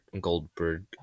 Goldberg